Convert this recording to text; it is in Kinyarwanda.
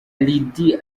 lydie